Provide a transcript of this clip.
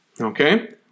Okay